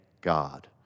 God